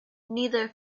neither